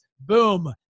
Boom